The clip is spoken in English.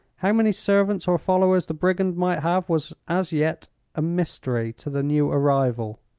how many servants or followers the brigand might have was as yet a mystery to the new arrival.